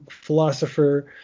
philosopher